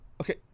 Okay